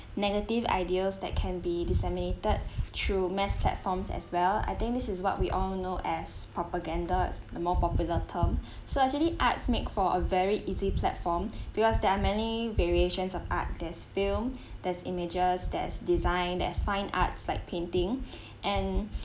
negative ideas that can be disseminated through mass platforms as well I think this is what we all know as propaganda the more popular term so actually arts make for a very easy platform because there are many variations of art there's film there's images there's design there is fine arts like painting and